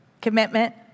commitment